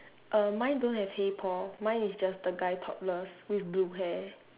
err mine don't have hey paul mine is just the guy topless with blue hair